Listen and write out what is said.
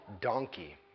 donkey